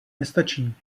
nestačí